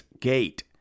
gate